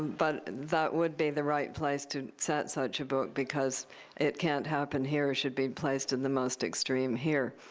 but that would be the right place to set such a book because it can't happen here should be placed in the most extreme here.